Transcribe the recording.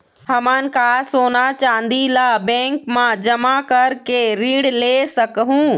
हमन का सोना चांदी ला बैंक मा जमा करके ऋण ले सकहूं?